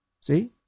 See